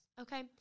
Okay